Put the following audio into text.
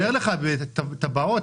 וינון אזולאי גם נגע בנקודה הזאת,